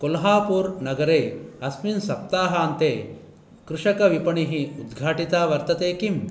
कोल्हापूर् नगरे अस्मिन् सप्ताहान्ते कृषकविपणिः उद्घाटिता वर्तते किम्